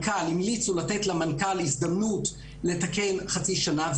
המליצו לתת למנכ"ל הזדמנות לתקן בחצי שנה.